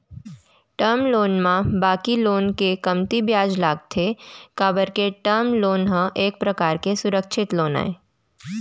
term loan म बाकी loan ले कमती बियाज लगथे काबर के टर्म लोन ह एक परकार के सुरक्छित लोन आय